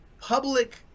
public